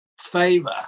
favor